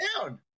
down